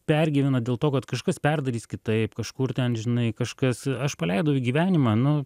pergyvena dėl to kad kažkas perdarys kitaip kažkur ten žinai kažkas paleido į gyvenimą nu